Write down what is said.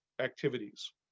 activities